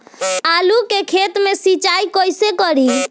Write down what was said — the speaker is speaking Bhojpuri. आलू के खेत मे सिचाई कइसे करीं?